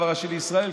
הרב הראשי לישראל,